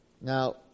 now